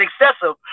excessive